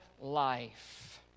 life